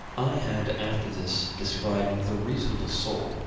i had after this described the reasonable soul,